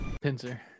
Pincer